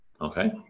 Okay